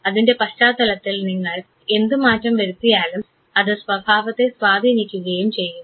അതിൻറെ പശ്ചാത്തലത്തിൽ നിങ്ങൾ എന്ത് മാറ്റം വരുത്തിയാലും അത് സ്വഭാവത്തെ സ്വാധീനിക്കുകയും ചെയ്യുന്നു